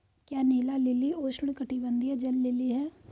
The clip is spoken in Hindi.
क्या नीला लिली उष्णकटिबंधीय जल लिली है?